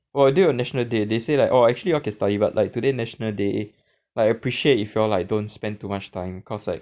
oh I do it on national day they say like oh actually you all can study but like today national day I appreciate if you all like don't spend too much time cause like